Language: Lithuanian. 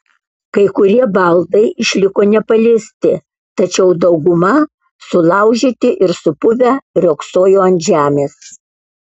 kai kurie baldai išliko nepaliesti tačiau dauguma sulaužyti ir supuvę riogsojo ant žemės